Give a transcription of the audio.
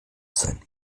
sein